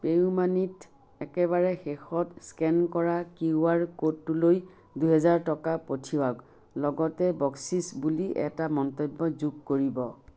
pay U মানিত একেবাৰে শেষত স্কেন কৰা কিউ আৰ ক'ডটোলৈ দুহেজাৰ টকা পঠিয়াওক লগতে বকচিচ বুলি এটা মন্তব্য যোগ কৰিব